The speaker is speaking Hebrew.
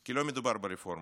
כי לא מדובר ברפורמה.